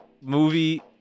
movie